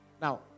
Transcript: Now